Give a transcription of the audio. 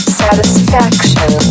satisfaction